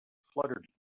fluttered